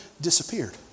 disappeared